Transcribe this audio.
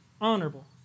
honorable